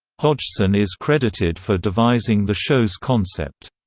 hodgson is credited for devising the show's concept.